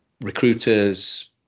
Recruiters